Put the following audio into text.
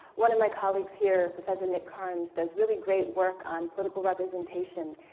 one of my colleagues here, professor nick carnes does really great work on political representation.